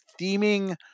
theming